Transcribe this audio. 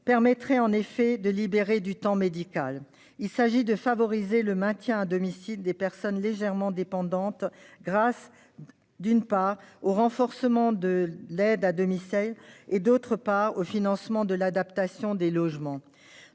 permettrait de libérer du temps médical. Il s'agit de favoriser le maintien à domicile des personnes légèrement dépendantes, grâce au renforcement de l'aide à domicile et au financement de l'adaptation des logements.